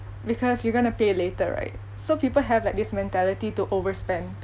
because you're going to pay later right so people have like this mentality to overspend